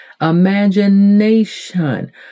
imagination